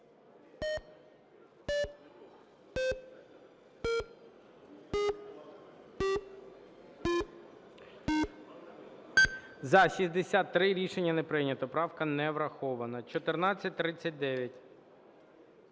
За-63 Рішення не прийнято. Правка не врахована. 1439.